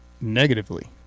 negatively